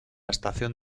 estación